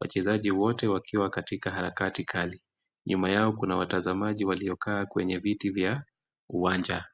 Wachezaji wote wakiwa katika harakati kali. Nyuma yao kuna watazamaji waliokaa kwenye viti vya uwanja.